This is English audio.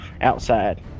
outside